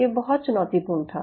ये बहुत चुनौतीपूर्ण था